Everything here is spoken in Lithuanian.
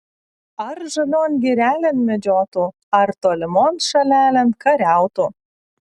ar žalion girelėn medžiotų ar tolimon šalelėn kariautų